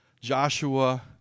Joshua